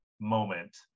moment